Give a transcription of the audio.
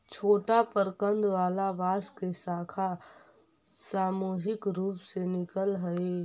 छोटा प्रकन्द वाला बांस के शाखा सामूहिक रूप से निकलऽ हई